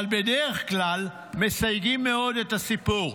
אבל בדרך כלל מסייגים מאוד את הסיפור.